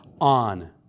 on